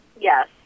Yes